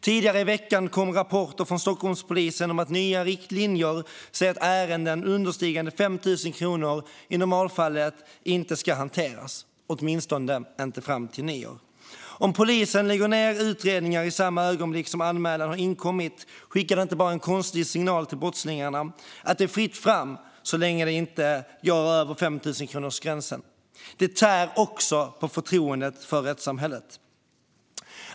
Tidigare i veckan kom rapporter från Stockholmspolisen om nya riktlinjer som säger att ärenden understigande 5 000 kronor i normalfallet inte ska hanteras, åtminstone inte fram till nyår. Om polisen lägger ned utredningar i samma ögonblick som anmälan har inkommit skickar det inte bara en konstig signal till brottslingarna om att det är fritt fram så länge man inte går över 5 000-kronorsgränsen, utan det tär också på förtroendet för rättssamhället.